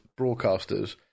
broadcasters